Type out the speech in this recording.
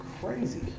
crazy